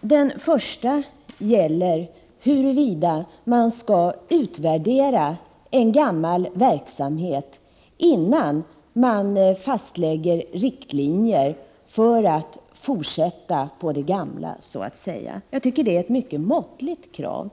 Den första gäller huruvida man skall utvärdera en gammal verksamhet innan man fastlägger riktlinjer för att fortsätta på det gamla sättet. Jag tycker att detta är ett mycket måttligt krav.